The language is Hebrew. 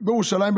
בירושלים,